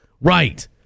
Right